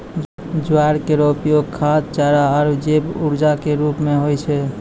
ज्वार केरो उपयोग खाद्य, चारा आरु जैव ऊर्जा क रूप म होय छै